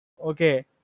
Okay